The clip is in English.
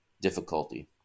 difficulty